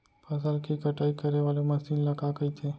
फसल की कटाई करे वाले मशीन ल का कइथे?